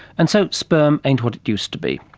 and so sperm ain't what it used to be.